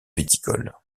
viticole